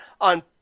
on